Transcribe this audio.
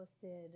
posted